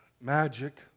magic